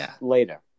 later